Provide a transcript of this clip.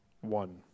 one